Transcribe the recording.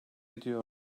ediyor